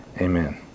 Amen